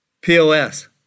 POS